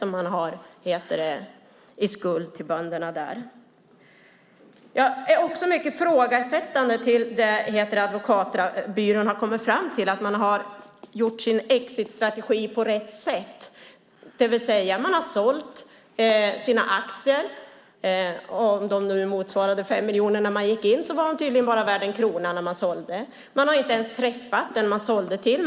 Jag ställer mig också mycket frågande till det advokatbyrån har kommit fram till om att man har gjort sin exitstrategi på rätt sätt. Man har sålt sina aktier, och om de nu var värda 5 miljoner när man gick in var de tydligen bara värda en krona när man sålde. Man har inte ens träffat den man sålde till.